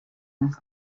this